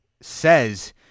says